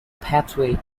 pathway